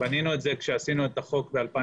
בנינו את זה כשעשינו את החוק ב-2016,